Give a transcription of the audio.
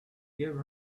give